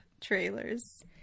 trailers